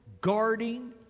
guarding